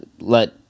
let